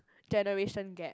generation gap